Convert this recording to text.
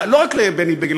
לא רק לבני בגין,